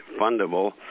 Fundable